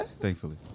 Thankfully